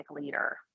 leader